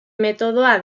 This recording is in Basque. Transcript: metodoa